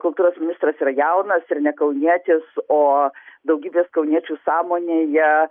kultūros ministras yra jaunas ir ne kaunietis o daugybės kauniečių sąmonėje